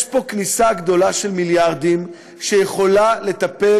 יש פה כניסה גדולה של מיליארדים שיכולה לטפל